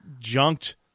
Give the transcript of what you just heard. junked